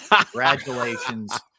Congratulations